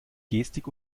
gestik